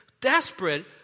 desperate